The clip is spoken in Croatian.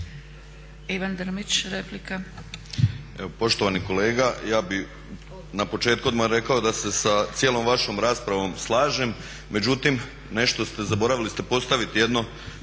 Ivan (HDSSB)** Evo poštovani kolega ja bih na početku odmah rekao da se sa cijelom vašom raspravom slažem, međutim nešto ste zaboravili. Zaboravili ste postaviti jedno